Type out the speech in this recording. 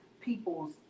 people's